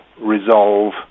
resolve